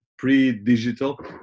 pre-digital